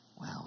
Wow